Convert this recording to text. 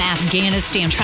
Afghanistan